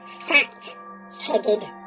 fat-headed